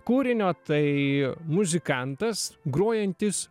kūrinio tai muzikantas grojantis